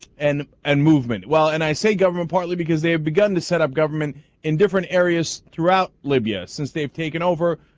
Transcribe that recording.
and and movement well and i say government partly because they have begun a set of government in different areas throughout libya since they've taken over